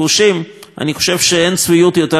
אני חושב שאין צביעות גדולה יותר מזאת.